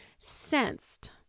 sensed